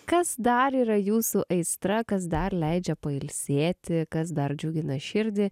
kas dar yra jūsų aistra kas dar leidžia pailsėti kas dar džiugina širdį